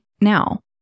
Now